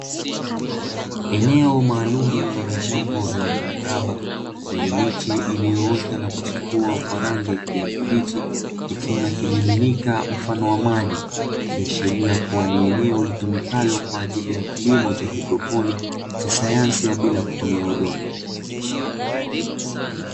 Eneo maalumu lenye vyombo vya umbo mraba, vyenye miche iliyoota na kuchipua kwa rangi ya kijani kibichi, ikiwa na kimiminika mfano wa maji, ikiashiria kuwa ni eneo litumikalo kwa ajili ya kilimo cha haidroponi, cha sayansi ya bila kutumia udongo.